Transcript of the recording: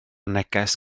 neges